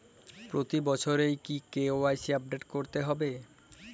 প্রতি বছরই কি কে.ওয়াই.সি আপডেট করতে হবে?